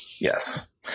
Yes